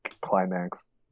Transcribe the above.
climax